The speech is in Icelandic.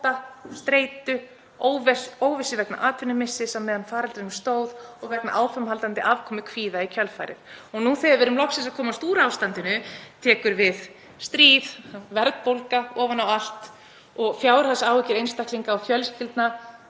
streitu, óvissu vegna atvinnumissis á meðan faraldrinum stóð og vegna áframhaldandi afkomukvíða í kjölfarið. Nú þegar við erum loksins að komast úr ástandinu tekur við stríð, verðbólga ofan á allt og fjárhagsáhyggjur einstaklinga og fjölskyldna